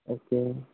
okay